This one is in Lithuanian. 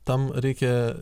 tam reikia